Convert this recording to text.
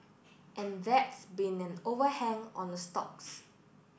and that's been an overhang on the stocks